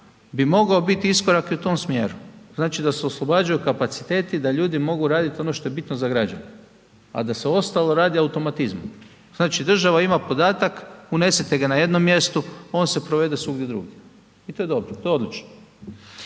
bi mogao biti iskorak i u tom smjeru, znači da se oslobađaju kapaciteti, da ljudi mogu raditi ono što je bitno za građane, a da se ostalo radi automatizmom. Znači država ima podatak, unesete ga na jednom mjestu, on se provede svugdje drugdje. I to je dobro, to je odlično.